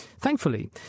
Thankfully